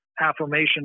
affirmation